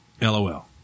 LOL